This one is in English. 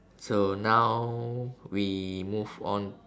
so now we move on